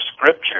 Scripture